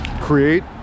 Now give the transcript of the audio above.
create